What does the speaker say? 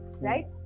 right